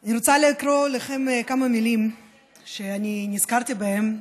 אני רוצה לקרוא לכם כמה מילים שנזכרתי בהן,